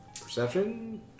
Perception